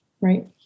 right